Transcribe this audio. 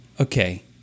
okay